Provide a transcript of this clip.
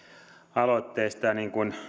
aloitteesta ja niin kuin